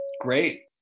Great